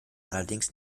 allerdings